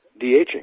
DHing